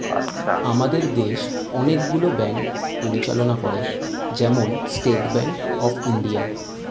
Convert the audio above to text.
আমাদের দেশ অনেক গুলো ব্যাঙ্ক পরিচালনা করে, যেমন স্টেট ব্যাঙ্ক অফ ইন্ডিয়া